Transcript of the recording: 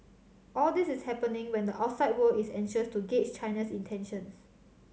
all this is happening when the outside world is anxious to gauge China's intentions